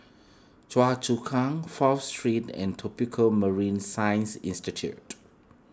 Choa Chu Kang Fourth Street and Tropical Marine Science Institute